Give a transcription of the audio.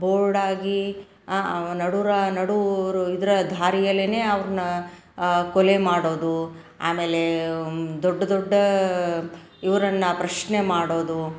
ಬೋರ್ಡಾಗಿ ನಡು ರಾ ನಡು ರು ಇದರ ದಾರಿಯಲ್ಲೆ ಅವ್ರನ್ನ ಕೊಲೆ ಮಾಡೋದು ಆಮೇಲೆ ದೊಡ್ಡ ದೊಡ್ಡ ಇವರನ್ನ ಪ್ರಶ್ನೆ ಮಾಡೋದು